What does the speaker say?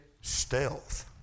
Stealth